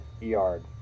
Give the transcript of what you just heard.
yard